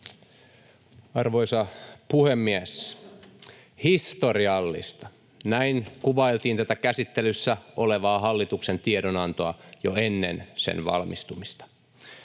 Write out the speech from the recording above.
Arvoisa puhemies! Historiallista — näin kuvailtiin tätä käsittelyssä olevaa hallituksen tiedonantoa jo ennen sen valmistumista.